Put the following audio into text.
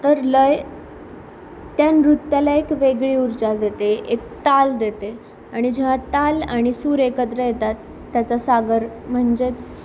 तर लय त्या नृत्याला एक वेगळी ऊर्जा देते एक ताल देते आणि जेव्हा ताल आणि सूर एकत्र येतात त्याचा सागर म्हणजेच